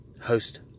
host